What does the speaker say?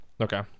Okay